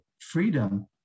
freedom